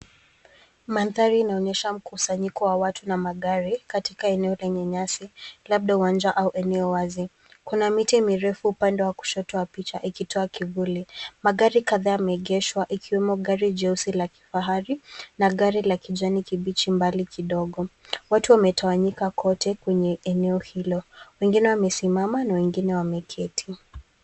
Mandhari inaonyesha mkusanyiko wa watu na magari katika eneo lenye nyasi, labda uwanja au eneo wazi. Kuna miti mirefu upande wa kushoto wa picha ikitoa kivuli. Magari kadhaa yameegeshwa ikiwemo gari jeusi la kifahari na gari la kijani kibichi mbali kidogo. Watu wametawanyika kote kwenye eneo hilo, wengine wamesimama na wengine wameketi.